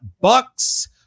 Bucks